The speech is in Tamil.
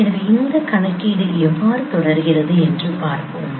எனவே இந்த கணக்கீடு எவ்வாறு தொடர்கிறது என்று பார்ப்போம்